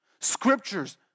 scriptures